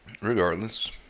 regardless